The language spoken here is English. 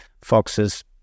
foxes